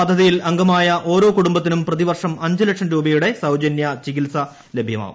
പദ്ധതിയിൽ അംഗമായ ഓരോ കുടുംബത്തിനും പ്രതിവർഷം അഞ്ച് ലക്ഷം രൂപയുടെ സൌജന്യ ചികിത്സ ലഭ്യമാക്കും